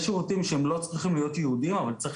יש שירותים שהם לא חייבים להיות ייעודיים אבל צריך